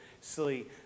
silly